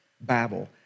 Babel